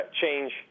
change